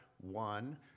One